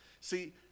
see